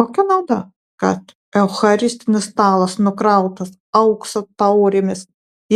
kokia nauda kad eucharistinis stalas nukrautas aukso taurėmis